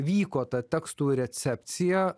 vyko ta tekstų recepcija